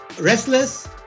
Restless